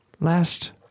last